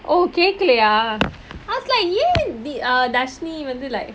oh கேக்கலையா:kaekkalaiyaa I was like ஏன்:yaen err tharshini வந்து:vanthu like